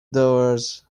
doers